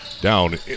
Down